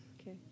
Okay